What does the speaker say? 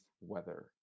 weather